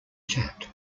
chat